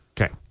Okay